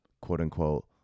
quote-unquote